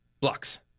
Blocks